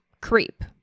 Creep